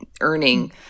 earning